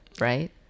right